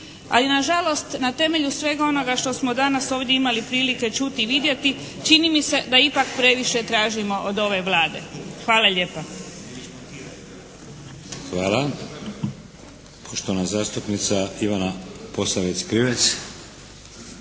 Ali nažalost na temelju svega onoga što smo danas ovdje imali prilike čuti i vidjeti čini mi se da ipak previše tražimo od ove Vlade. Hvala lijepa. **Šeks, Vladimir (HDZ)** Hvala. Poštovana zastupnica Ivana Posavec Krivec.